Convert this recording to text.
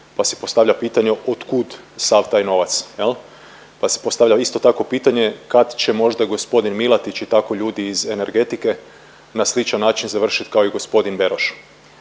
pa si postavlja pitanje otkud sav taj novac jel, pa si postavlja isto tako pitanje kad će možda g. Milatić i tako ljudi iz energetike na sličan način završit kao i g. Beroš.